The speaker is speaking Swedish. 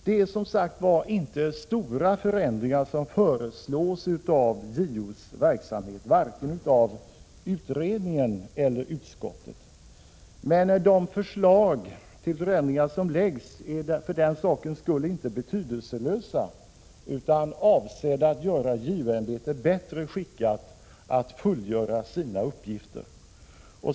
Det är inte några stora förändringar som föreslås av JO:s verksamhet, varken av utredningen eller av utskottet. Förslagen till förändringar är för den skull inte betydelselösa, utan de är avsedda att göra JO-ämbetet bättre skickat att fullgöra sina uppgifter.